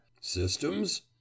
Systems